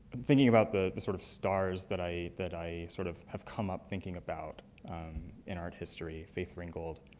thinking about the the sort of stars that i that i sort of have come up thinking about in art history. faith ringgold,